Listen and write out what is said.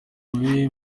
mubi